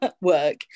work